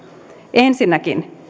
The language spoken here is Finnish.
ensinnäkin